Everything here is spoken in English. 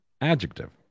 Adjective